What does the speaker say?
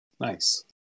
Nice